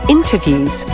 Interviews